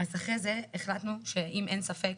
אחרי זה החלטנו שאם אין ספק,